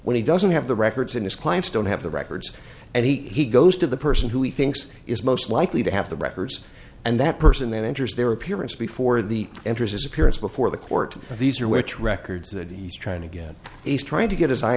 when he doesn't have the records in his clients don't have the records and he goes to the person who he thinks is most likely to have the records and that person then enters their appearance before the enters his appearance before the court these are which record that he's trying to get these trying to get as i